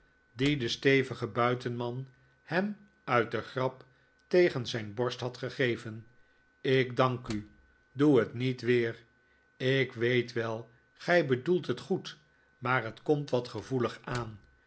de stevige buitenman hem uit de grap tegen zijn borst had gegeven ik dank u doe het niet weer ik weet wel gij bedoelt het goed maar het komt wat gevoelig aan